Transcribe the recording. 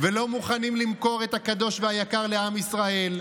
ולא מוכנים למכור את הקדוש והיקר לעם ישראל.